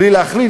בלי להכליל,